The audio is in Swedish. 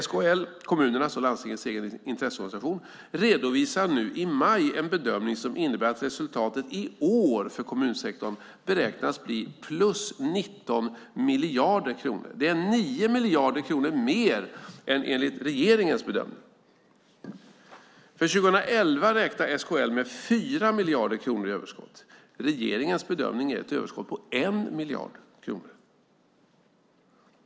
SKL, kommunernas och landstingens egen intresseorganisation, redovisar nu i maj en bedömning som innebär att resultatet i år för kommunsektorn beräknas till plus 19 miljarder kronor. Det är 9 miljarder kronor mer än enligt regeringens bedömning. För 2011 räknar SKL med 4 miljarder kronor i överskott. Regeringens bedömning är ett överskott på 1 miljard kronor.